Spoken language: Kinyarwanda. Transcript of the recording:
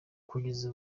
kugeza